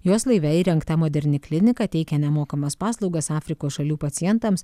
jos laive įrengta moderni klinika teikia nemokamas paslaugas afrikos šalių pacientams